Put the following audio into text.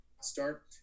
start